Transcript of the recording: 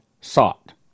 sought